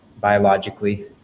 biologically